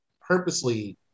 purposely